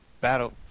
battle